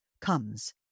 comes